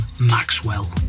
maxwell